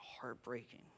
heartbreaking